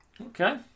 Okay